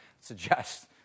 suggest